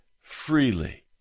freely